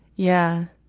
yeah.